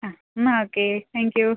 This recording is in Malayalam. ആ എന്നാൽ ഓക്കെ താങ്ക്യൂ